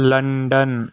London